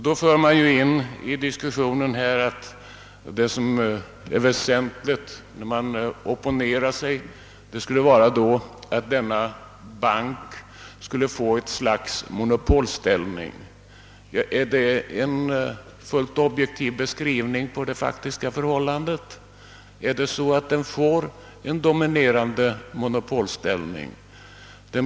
Det väsentliga som införes i diskussionen när man opponerar sig skulle då vara att denna bank får ett slags monopolställning. Är detta en fullt objektiv beskrivning på det fak tiska förhållandet? Får den en domineranide monopolställning?